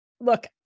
look